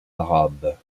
arabe